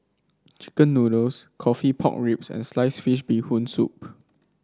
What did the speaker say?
chicken noodles coffee Pork Ribs and Sliced Fish Bee Hoon Soup